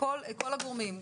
לכל הגורמים,